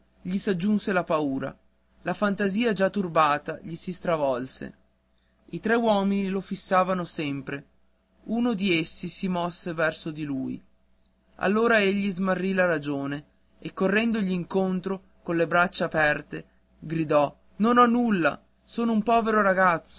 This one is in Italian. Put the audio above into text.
gli s'aggiunse la paura la fantasia già turbata gli si stravolse i tre uomini lo fissavano sempre uno di essi mosse verso di lui allora egli smarrì la ragione e correndogli incontro con le braccia aperte gridò non ho nulla sono un povero ragazzo